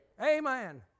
Amen